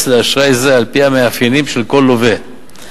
לאשראי זה על-פי המאפיינים של כל לווה.